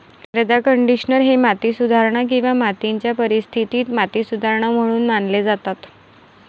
मृदा कंडिशनर हे माती सुधारणा किंवा मातीच्या परिस्थितीत माती सुधारणा म्हणून मानले जातात